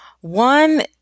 One